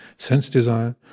sense-desire